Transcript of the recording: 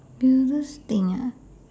weirdest thing ah